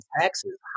taxes